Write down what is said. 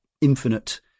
infinite